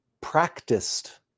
practiced